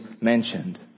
mentioned